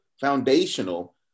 foundational